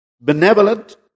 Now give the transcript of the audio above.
benevolent